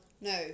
no